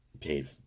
paid